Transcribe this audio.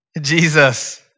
Jesus